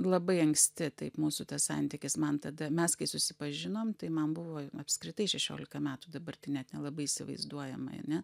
labai anksti taip mūsų tas santykis man tada mes kai susipažinom tai man buvo apskritai šešiolika metų dabar tai net nelabai įsivaizduojama ane